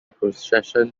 procession